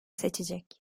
seçecek